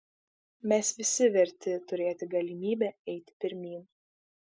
mes visi verti turėti galimybę eiti pirmyn